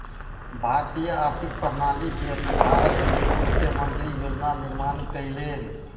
भारतीय आर्थिक प्रणाली के सुधारक लेल वित्त मंत्री योजना निर्माण कयलैन